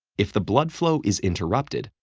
if the blood flow is interrupted,